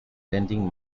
lending